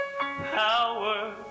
power